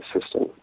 system